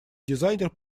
дизайнер